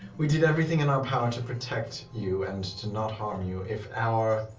we did everything in our power to protect you, and to not harm you. if our